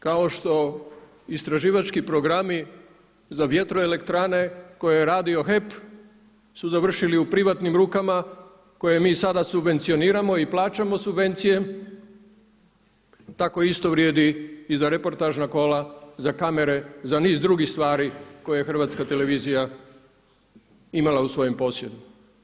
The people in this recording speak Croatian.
Kao što istraživački programi za vjetroelektrane koje je radio HEP su završili u privatnim rukama koje mi sada subvencioniramo i plaćamo subvencije, tako isto vrijedi i za reportažna kola, za kamare, za niz drugih stvari koje je HRT imala u svome posjedu.